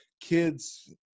Kids